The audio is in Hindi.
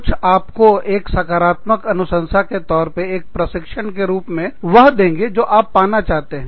कुछ या आपको एक सकारात्मक अनुशंसा के तौर पर एक प्रशिक्षण के रूप में वह देंगे जो आप पाना चाहते हैं